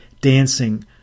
dancing